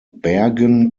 bergen